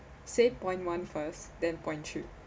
say point one first then point two